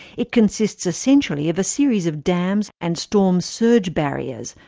it consists essentially of a series of dams and storm surge barriers,